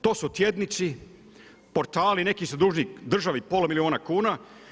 To su tjednici, portali, neki su dužni državi pola milijuna kuna.